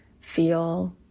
feel